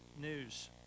news